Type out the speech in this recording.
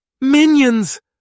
Minions